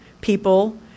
people